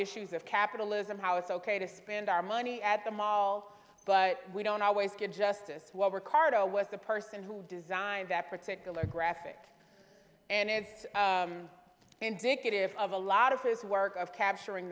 issues of capitalism how it's ok to spend our money at the mall but we don't always get justice while ricardo was the person who designed that particular graphic and it's indicative of a lot of his work of capturing